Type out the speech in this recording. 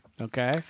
Okay